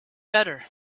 better